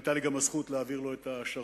היתה לי גם הזכות להעביר לו את השרביט.